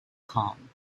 calm